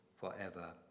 forever